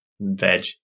veg